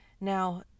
Now